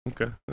Okay